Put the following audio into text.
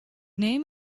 name